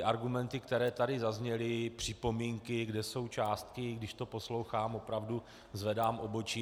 Argumenty, které tady zazněly, připomínky, kde jsou částky když to poslouchám, opravdu zvedám obočí.